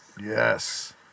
Yes